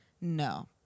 No